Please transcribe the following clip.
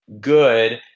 good